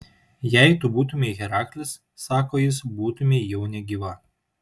jei tu būtumei heraklis sako jis būtumei jau negyva